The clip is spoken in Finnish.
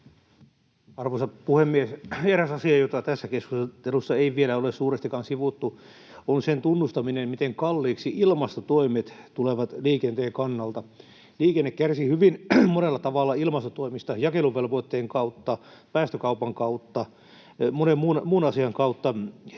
Arvoisa puhemies! Eräs asia, jota tässä keskustelussa ei vielä ole suurestikaan sivuttu, on sen tunnustaminen, miten kalliiksi ilmastotoimet tulevat liikenteen kannalta. Liikenne kärsii hyvin monella tavalla ilmastotoimista — jakeluvelvoitteen kautta, päästökaupan kautta, monen muun asian kautta